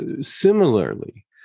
similarly